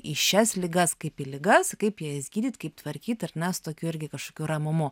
į šias ligas kaip į ligas kaip jas gydyt kaip tvarkyt ar ne su tokiu irgi kažkokiu ramumu